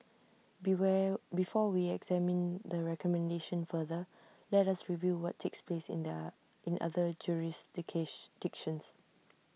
before we examine the recommendation further let us review what takes place in the in other jurisdictions